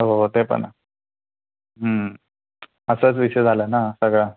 हो हो ते पण आहे आताच विषय झाला ना सगळा